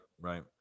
right